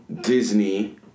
Disney